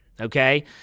Okay